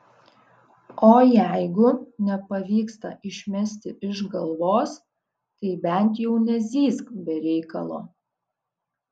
o jeigu nepavyksta išmesti iš galvos tai bent jau nezyzk be reikalo